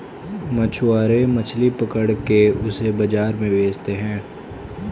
मछुआरे मछली पकड़ के उसे बाजार में बेचते है